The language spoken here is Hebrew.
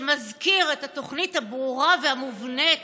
שמזכיר את התוכנית הברורה והמובנית